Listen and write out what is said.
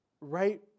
right